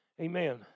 Amen